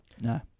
No